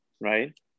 right